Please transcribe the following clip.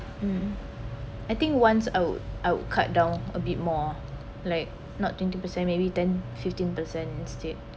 um I think once I would I would cut down a bit more like not twenty percent maybe ten fifteen percent instead